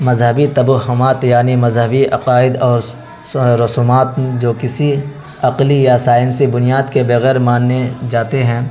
مذہبی تبہمات یعنی مذہبی عقائد اور رسومات جو کسی عقلی یا سائنسی بنیاد کے بغیر مانے جاتے ہیں